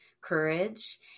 courage